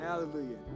Hallelujah